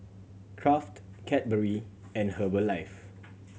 Kraft Cadbury and Herbalife